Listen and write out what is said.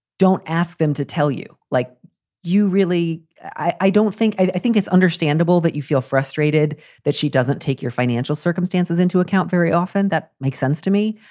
don't ask them to tell you like you. really, i don't think. i think it's understandable that you feel frustrated that she doesn't take your financial circumstances into account very often. that makes sense to me.